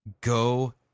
go